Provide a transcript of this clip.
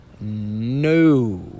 No